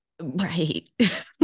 Right